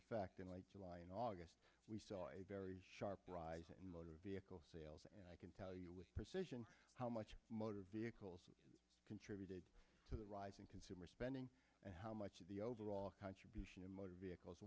effect in like july in august we saw a very sharp rise in motor vehicle sales and i can tell you with precision how much motor vehicles contributed to the rise in consumer spending and how much of the overall contribution in motor vehicles